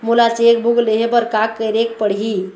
मोला cheque book लेहे बर का केरेक पढ़ही?